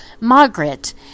Margaret